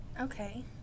okay